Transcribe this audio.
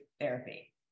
therapy